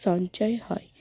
সঞ্চয় হয়